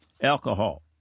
alcohol